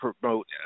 promote